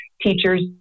teachers